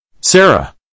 Sarah